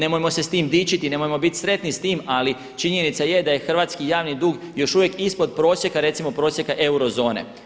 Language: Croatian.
Nemojmo se s time dičiti, nemojmo biti sretni s time ali činjenica je da je hrvatski javni dug još uvijek ispod prosjeka, recimo prosjeka eurozone.